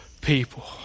people